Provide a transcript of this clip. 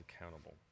accountable